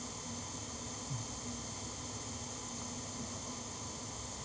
mm